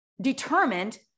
determined